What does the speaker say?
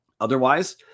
Otherwise